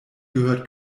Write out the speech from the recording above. gehört